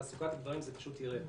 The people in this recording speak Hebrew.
תעסוקת גברים פשוט תרד,